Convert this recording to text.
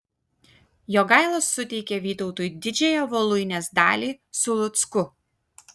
jogaila suteikė vytautui didžiąją voluinės dalį su lucku